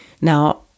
Now